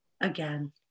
again